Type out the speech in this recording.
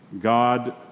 God